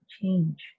change